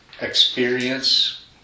experience